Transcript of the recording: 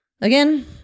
Again